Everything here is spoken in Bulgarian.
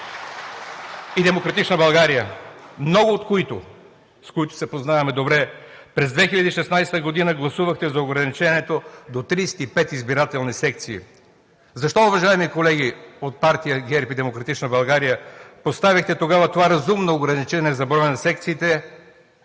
и „Демократична България“, с много от които се познаваме добре – през 2016 г. гласувахте за ограничението до 35 избирателни секции. Защо, уважаеми колеги от партия ГЕРБ и „Демократична България“, тогава поставихте това разумно ограничение за броя на секциите,